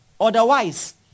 Otherwise